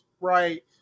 right